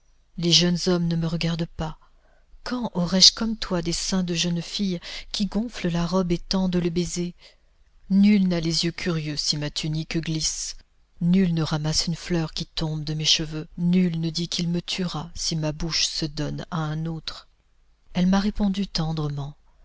les jeunes hommes ne me regardent pas quand aurai-je comme toi des seins de jeune fille qui gonflent la robe et tentent le baiser nul n'a les yeux curieux si ma tunique glisse nul ne ramasse une fleur qui tombe de mes cheveux nul ne dit qu'il me tuera si ma bouche se donne à un autre elle m'a répondu tendrement